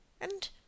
And